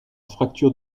fracture